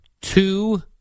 Two